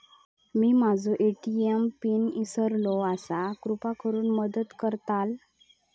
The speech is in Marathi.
मी माझो ए.टी.एम पिन इसरलो आसा कृपा करुन मदत करताल